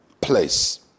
place